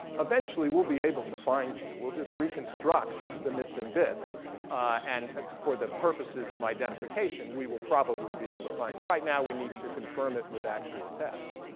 eventually we'll be able to find you. we'll just reconstruct the missing bits and for the purposes of identification, we will probably be able to find you. right now, we need to confirm it with actual tests.